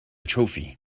trophy